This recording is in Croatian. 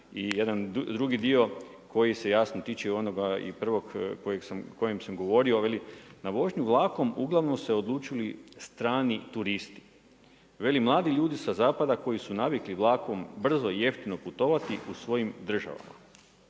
I jedan drugi dio koji se jasno tiče i onoga i onoga prvog o kojem sam govorio. Veli na vožnju vlakom uglavnom su se odlučili strani turisti. Veli mladi ljudi sa zapada koji su navikli vlakom brzo i jeftino putovati u svojim državama.